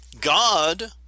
God